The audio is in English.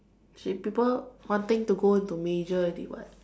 she people wanting to go into major already [what]